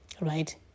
right